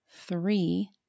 three